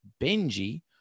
Benji